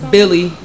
Billy